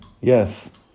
Yes